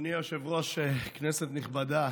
אדוני היושב-ראש, כנסת נכבדה,